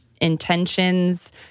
intentions